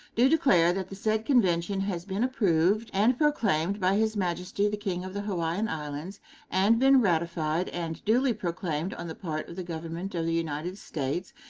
do declare that the said convention has been approved and proclaimed by his majesty the king of the hawaiian islands and been ratified and duly proclaimed on the part of the government of the united states,